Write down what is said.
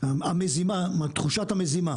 תחושת המזימה